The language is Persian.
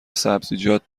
سبزیجات